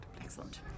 Excellent